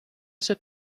sit